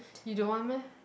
you don't want meh